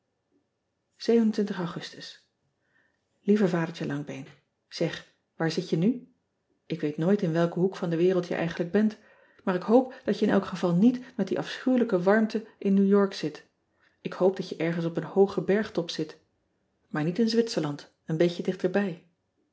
ugustus ieve adertje angbeen eg waar zit je nu k weet nooit in welken hoek van de wereld je eigenlijk bent maar ik hoop dat je in elk geval niet met die afschuwelijke warmte in ew ork zit k hoop dat je ergens op een hoogen bergtop zit maar niet in witserland een beetje